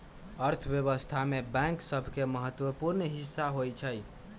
अर्थव्यवस्था में बैंक सभके महत्वपूर्ण हिस्सा होइ छइ